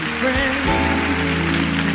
friends